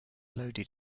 loaded